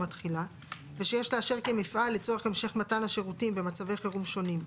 התחילה ושיש לאשר כי הם מפעל לצורך המשך מתן השירותים במצבי חירום שונים,